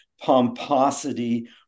pomposity